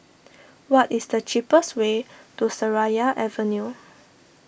what is the cheapest way to Seraya Avenue